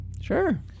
Sure